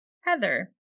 Heather